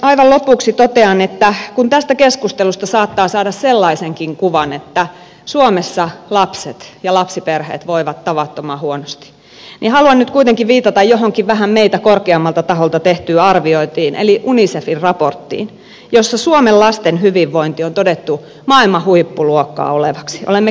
aivan lopuksi totean että kun tästä keskustelusta saattaa saada sellaisenkin kuvan että suomessa lapset ja lapsiperheet voivat tavattoman huonosti niin haluan nyt kuitenkin viitata johonkin vähän meitä korkeammalta taholta tehtyyn arviointiin eli unicefin raporttiin jossa suomen lasten hyvinvointi on todettu maailman huippuluokkaa olevaksi olemme kärkisijoilla